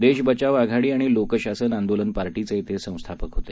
देश बचाव आघाडी आणि लोकशासन आंदोलन पार्टीचे ते संस्थापक होते